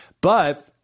But-